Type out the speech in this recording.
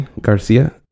Garcia